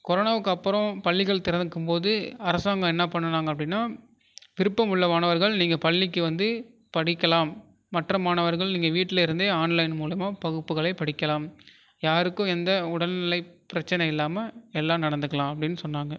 கொரோனாவுக்கு அப்புறம் பள்ளிகள் திறக்கும் போது அரசாங்கம் என்ன பண்ணுனாங்க அப்படினா விருப்பமுள்ள மாணவர்கள் நீங்கள் பள்ளிக்கு வந்து படிக்கலாம் மற்ற மாணவர்கள் நீங்கள் வீட்டில் இருந்தே ஆன்லைன் மூலமாக வகுப்புகளை படிக்கலாம் யாருக்கும் எந்த உடல்நிலை பிரச்சனை இல்லாமல் எல்லாம் நடந்துக்கலாம் அப்படினு சொன்னாங்க